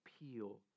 appeal